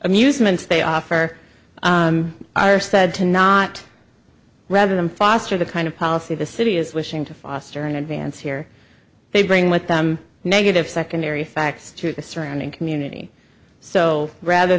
amusements they offer are said to not read them foster the kind of policy the city is wishing to foster in advance here they bring with them negative secondary facts to the surrounding community so rather